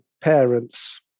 parents